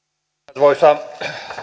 arvoisa